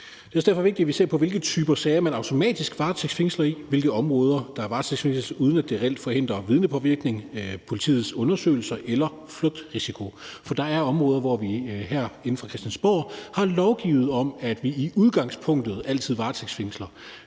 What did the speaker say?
Det er derfor også vigtigt, at vi ser på, hvilke typer sager man automatisk varetægtsfængsler i, og på, hvilke områder det er, at der varetægtsfængsles på, uden at det reelt forhindrer vidnepåvirkning, politiets undersøgelser eller flugtrisikoen. For der er områder, hvor vi herinde fra Christiansborg har lovgivet om, at vi i udgangspunktet altid varetægtsfængsler,